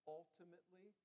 ultimately